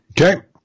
Okay